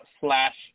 slash